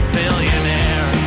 billionaire